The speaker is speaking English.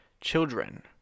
children